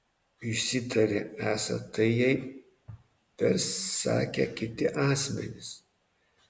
išsitarė esą tai jai persakę kiti asmenys